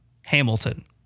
Hamilton